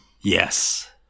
Yes